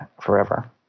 forever